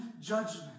judgment